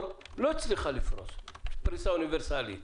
לא הצליחה לפרוס פריסה אוניברסלית.